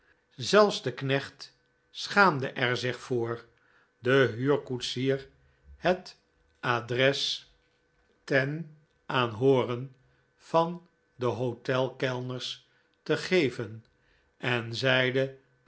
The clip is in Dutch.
zelfs de knecht schaamde er zich voor den huurkoetsier het adres ten aanhooren van de hotelkellners te geven en zeide